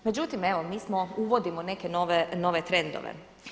Međutim evo mi uvodimo neke nove trendove.